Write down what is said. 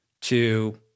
to-